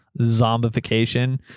zombification